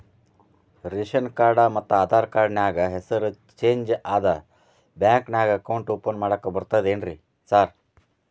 Ration card ಮತ್ತ Aadhaar card ನ್ಯಾಗ ಹೆಸರು ಚೇಂಜ್ ಅದಾ ಬ್ಯಾಂಕಿನ್ಯಾಗ ಅಕೌಂಟ್ ಓಪನ್ ಮಾಡಾಕ ಬರ್ತಾದೇನ್ರಿ ಸಾರ್?